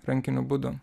rankiniu būdu